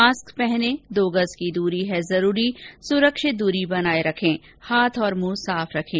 mask पहनें दो गज की दूरी है जरूरी सुरक्षित दूरी बनाए रखें हाथ और मुंह साफ रखें